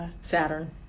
Saturn